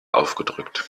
aufgedrückt